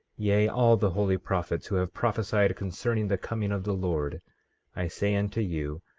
yea, all the holy prophets who have prophesied concerning the coming of the lord i say unto you,